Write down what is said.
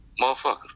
motherfucker